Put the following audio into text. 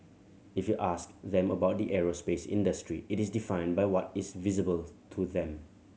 if you ask them about the aerospace industry it is defined by what is visible to them